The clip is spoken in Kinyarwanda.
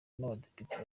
n’abadepite